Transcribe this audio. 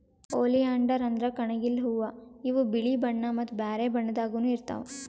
oleander ಅಂದ್ರ ಕಣಗಿಲ್ ಹೂವಾ ಇವ್ ಬಿಳಿ ಬಣ್ಣಾ ಮತ್ತ್ ಬ್ಯಾರೆ ಬಣ್ಣದಾಗನೂ ಇರ್ತವ್